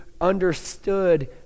understood